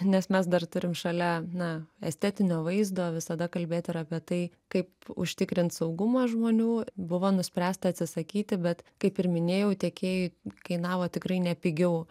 nes mes dar turim šalia na estetinio vaizdo visada kalbėt ir apie tai kaip užtikrint saugumą žmonių buvo nuspręsta atsisakyti bet kaip ir minėjau tiekėjui kainavo tikrai ne pigiau